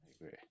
agree